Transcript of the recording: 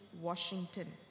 Washington